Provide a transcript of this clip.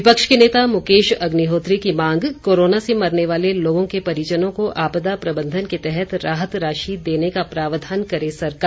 विपक्ष के नेता मुकेश अग्निहोत्री की मांग कोरोना से मरने वाले लोगों के परिजनों को आपदा प्रबंधन के तहत राहत राशि देने का प्रावधान करे सरकार